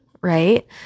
right